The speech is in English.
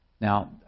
Now